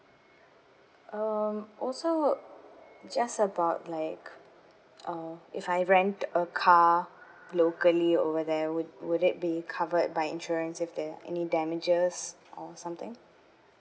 um also just about like uh if I rent a car locally over there would would it be covered by insurance if there any damages or something